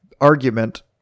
argument